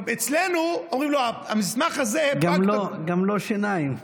אצלנו אומרים לו, המסמך הזה לא, גם לא שיניים.